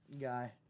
guy